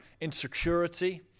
insecurity